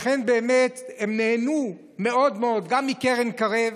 לכן, באמת, הן נהנו מאוד מאוד גם מקרן מקרב.